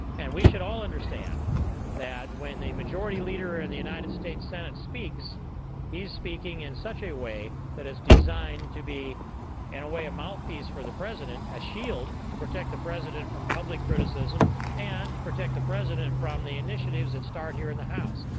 and we should all understand that when the majority leader in the united states senate speaks he's speaking in such a way that it's designed to be in a way a mouthpiece for the president, a shield to protect the president from public criticism and protect the president from the initiatives that start here in the house.